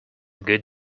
good